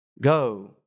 go